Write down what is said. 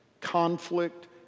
conflict